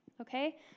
Okay